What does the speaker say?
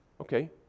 Okay